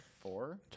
four